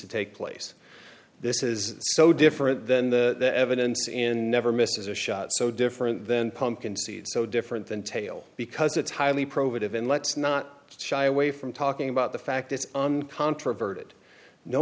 to take place this is so different than the evidence and never misses a shot so different than pumpkin seed so different than tail because it's highly probative and let's not shy away from talking about the fact